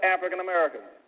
African-Americans